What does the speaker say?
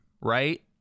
right